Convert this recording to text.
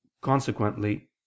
Consequently